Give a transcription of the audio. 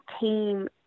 team